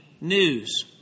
news